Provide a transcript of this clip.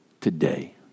today